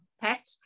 pet